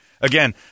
Again